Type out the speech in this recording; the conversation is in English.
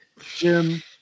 Jim